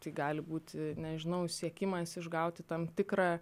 tai gali būti nežinau siekimas išgauti tam tikrą